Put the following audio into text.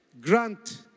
grant